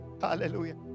Hallelujah